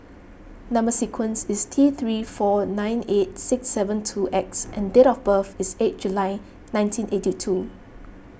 Number Sequence is T three four nine eight six seven two X and date of birth is eight July nineteen eight two